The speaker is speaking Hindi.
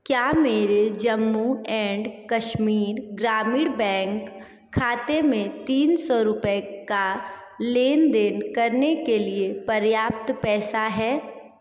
क्या मेरे जम्मू एंड कश्मीर ग्रामीण बैंक खाते में तीन सौ रुपये का लेनदेन करने के लिए पर्याप्त पैसा है